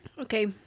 Okay